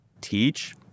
teach